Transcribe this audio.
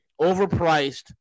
overpriced